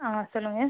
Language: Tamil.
ஆ சொல்லுங்கள்